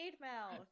Mouth